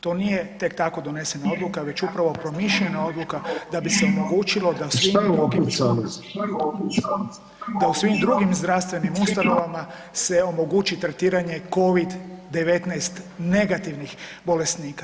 To nije tek tako donesena odluka već upravo promišljena odluka da bi se omogućilo da u svim drugim zdravstvenim ustanovama se omogući tretiranje covid-19 negativnih bolesnika.